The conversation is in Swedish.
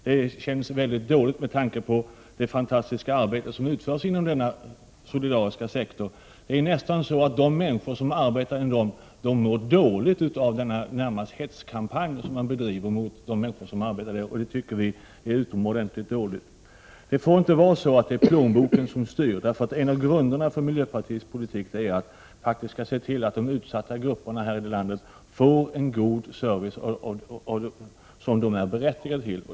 Detta känns mycket illa med tanke på det fantastiska arbete som utförs inom denna solidariska sektor. De människor som arbetar inom denna sektor mår dåligt av den hetskampanj som man driver mot de människor som arbetar där. Det tycker vi är utomordentligt tråkigt. Det får inte vara så att det är plånboken som styr. En av grunderna för miljöpartiets politik är att vi skall se till att de utsatta grupperna i Sverige får den goda service de är berättigade till.